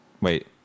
wait